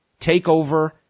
TakeOver